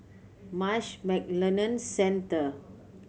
Marsh McLennan Centre